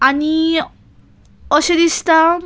आनी अशें दिसता